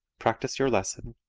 practice your lesson,